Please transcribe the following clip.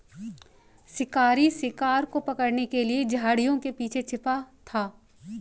शिकारी शिकार को पकड़ने के लिए झाड़ियों के पीछे छिपा था